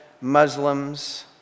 Muslims